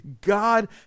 God